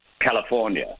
California